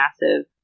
massive